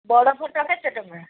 ବଡ଼ ଫଟୋ କେତେ ଟଙ୍କା